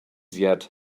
yet